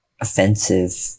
Offensive